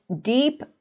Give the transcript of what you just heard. deep